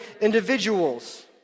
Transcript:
individuals